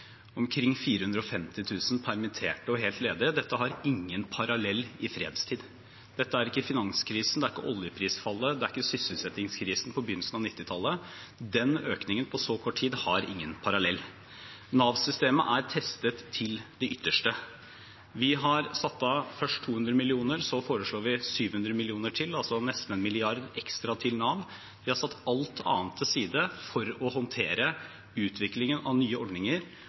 omkring 450 000 permitterte og helt ledige. Dette har ingen parallell i fredstid. Dette er ikke finanskrisen, det er ikke oljeprisfallet, det er ikke sysselsettingskrisen på begynnelsen av 1990-tallet – denne økningen på så kort tid har ingen parallell. Nav-systemet er testet til det ytterste. Vi satte først av 200 mill. kr. Så har vi foreslått 700 mill. kr til – altså nesten én milliard ekstra til Nav. Vi har satt alt annet til side for å håndtere utviklingen av nye ordninger